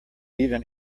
even